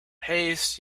haste